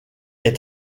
est